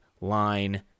line